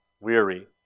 weary